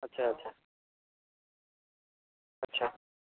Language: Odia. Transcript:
ଆଚ୍ଛା ଆଚ୍ଛା ଆଚ୍ଛା